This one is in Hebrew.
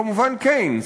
הוא כמובן קיינס,